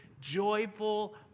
joyful